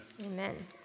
Amen